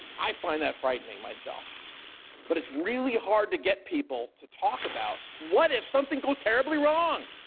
i find that frightening myself but it's really hard to get people to talk about, what if something goes terribly wrong?